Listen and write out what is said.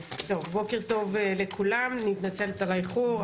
בוקר טוב לכולם, אני מתנצלת על האיחור.